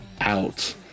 out